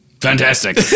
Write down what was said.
Fantastic